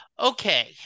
Okay